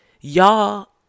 y'all